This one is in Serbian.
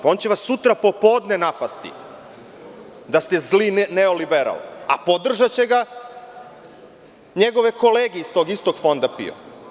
Pa on će vas sutra popodne napasti da ste zli neoliberal, a podržaće ga njegove kolege iz tog istog Fonda PIO.